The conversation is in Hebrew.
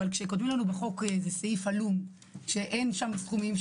אבל כשכותבים לנו בחוק בסעיף עלום שאין שם סכומים,